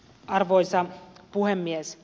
arvoisa puhemies